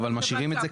אורנה, לא להפריע לו.